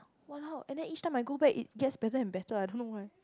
!walao! and then each time I go back it just better and better I don't know why